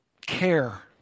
care